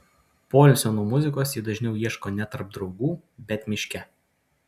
poilsio nuo muzikos ji dažniau ieško ne tarp draugų bet miške